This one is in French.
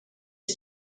est